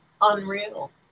unreal